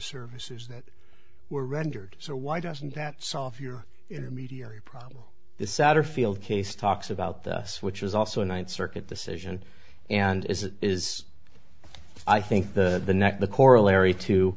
services that were rendered so why doesn't that software intermediary problem satterfield case talks about this which is also a ninth circuit decision and is it is i think the next the corollary to